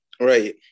Right